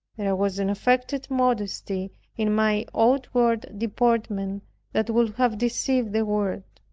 there was an affected modesty in my outward deportment that would have deceived the world.